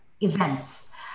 events